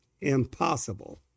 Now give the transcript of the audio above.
impossible